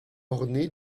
ornée